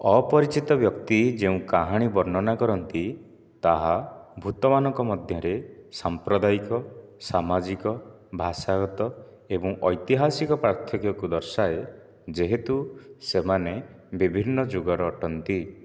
ଅପରିଚିତ ବ୍ୟକ୍ତି ଯେଉଁ କାହାଣୀ ବର୍ଣ୍ଣନା କରନ୍ତି ତାହା ଭୂତମାନଙ୍କ ମଧ୍ୟରେ ସାମ୍ପ୍ରଦାୟିକ ସାମାଜିକ ଭାଷାଗତ ଏବଂ ଐତିହାସିକ ପାର୍ଥକ୍ୟକୁ ଦର୍ଶାଏ ଯେହେତୁ ସେମାନେ ବିଭିନ୍ନ ଯୁଗର ଅଟନ୍ତି